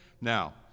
Now